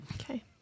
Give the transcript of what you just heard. Okay